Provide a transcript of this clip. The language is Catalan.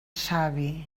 savi